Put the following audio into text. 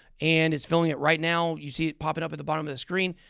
and it's filling it right now. you see it popping up at the bottom of the screen.